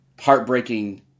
heartbreaking